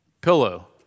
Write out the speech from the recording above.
pillow